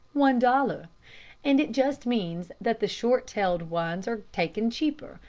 one dollar and it just means that the short-tailed ones are taken cheaper,